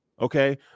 okay